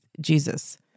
Jesus